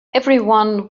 everyone